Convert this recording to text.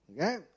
Okay